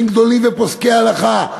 עם גדולים ופוסקי הלכה,